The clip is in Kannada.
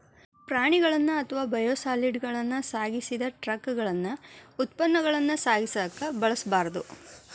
ಪ್ರಾಣಿಗಳನ್ನ ಅಥವಾ ಬಯೋಸಾಲಿಡ್ಗಳನ್ನ ಸಾಗಿಸಿದ ಟ್ರಕಗಳನ್ನ ಉತ್ಪನ್ನಗಳನ್ನ ಸಾಗಿಸಕ ಬಳಸಬಾರ್ದು